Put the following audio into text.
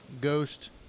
Ghost